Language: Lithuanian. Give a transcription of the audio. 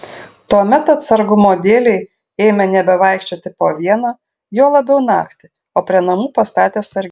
tuomet atsargumo dėlei ėmė nebevaikščioti po vieną juo labiau naktį o prie namų pastatė sargybą